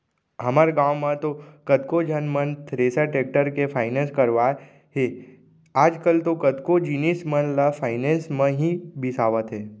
हमर गॉंव म तो कतको झन मन थेरेसर, टेक्टर के फायनेंस करवाय करवाय हे आजकल तो कतको जिनिस मन ल फायनेंस म ही बिसावत हें